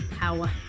power